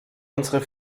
unsere